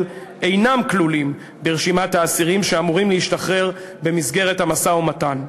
אינם כלולים ברשימת האסירים שאמורים להשתחרר במסגרת המשא-ומתן.